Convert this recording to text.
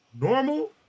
normal